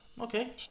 Okay